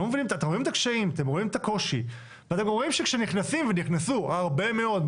אתם רואים את הקושי ואתם גם רואים שנכנסו הרבה מאוד.